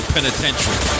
Penitentiary